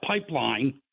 pipeline